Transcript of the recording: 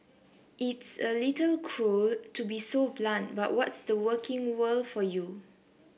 it's a little cruel to be so blunt but what's the working world for you